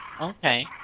Okay